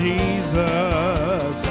Jesus